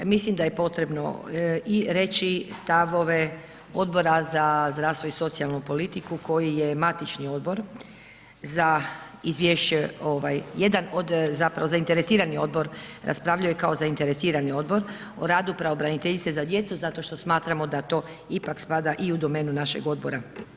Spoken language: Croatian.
Mislim da je potrebno i reći stavove Odbora za zdravstvo i socijalnu politiku koji je i Matični odbor za izvješće, jedan od zapravo zainteresirani odbor, raspravljaju kao zainteresirani odbor o radu pravobraniteljice za djecu zato što smatramo da to ipak spada i u domenu našeg odbora.